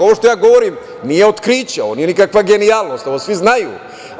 Ovo što ja govorim nije otkriće, nije nikakva genijalnost, ovo svi znaju.